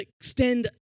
extend